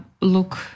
look